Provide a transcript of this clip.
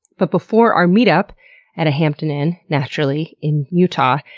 but before our meetup at a hampton inn, naturally, in utah,